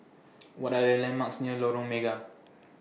What Are The landmarks near Lorong Mega